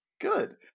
Good